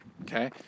Okay